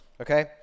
okay